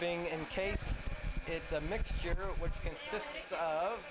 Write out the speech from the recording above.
being in case it's a mixture